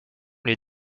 les